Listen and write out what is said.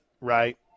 right